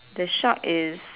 the shark is